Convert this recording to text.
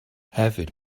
hefyd